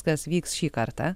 tas vyks šį kartą